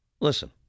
Listen